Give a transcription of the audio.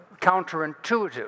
counterintuitive